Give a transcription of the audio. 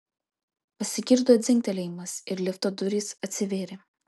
pasigirdo dzingtelėjimas ir lifto durys atsivėrė